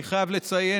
אני חייב לציין,